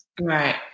Right